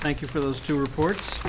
thank you for those two reports